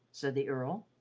said the earl.